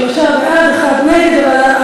שלושה בעד, אחד נגד.